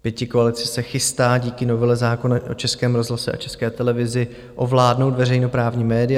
Pětikoalice se chystá díky novele zákona o Českém rozhlase a České televizi ovládnout veřejnoprávní média.